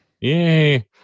yay